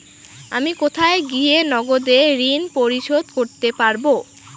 আমি কোথায় গিয়ে নগদে ঋন পরিশোধ করতে পারবো?